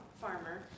farmer